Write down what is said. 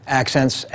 accents